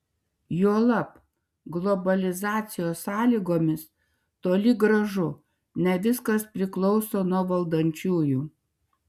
juolab globalizacijos sąlygomis toli gražu ne viskas priklauso nuo valdančiųjų